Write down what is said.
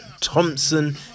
Thompson